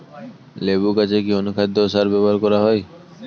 লেবু গাছে কি অনুখাদ্য ও সার ব্যবহার করা হয়?